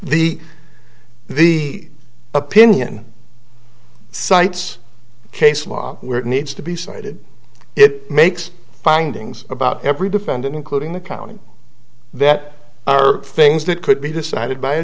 the the opinion cites case law where it needs to be cited it makes findings about every defendant including the county that are things that could be decided by a